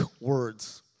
words